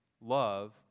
love